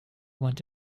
want